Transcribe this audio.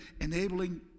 enabling